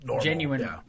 genuine